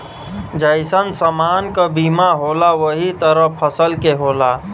जइसन समान क बीमा होला वही तरह फसल के होला